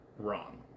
wrong